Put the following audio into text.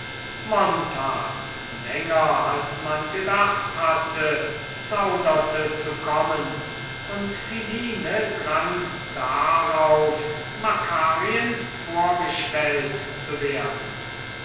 länger als man gedacht hatte zauderte zu kommen und philine drang darauf makarien vorgestellt zu werden